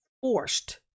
forced